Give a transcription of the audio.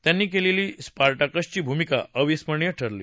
त्यांनी केलेली स्पार्टाकसची भूमिका अविस्मरणीय ठरली